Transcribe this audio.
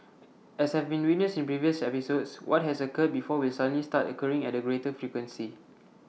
as have been witnessed in previous episodes what has occurred before will suddenly start occurring at A greater frequency